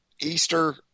Easter